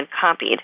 copied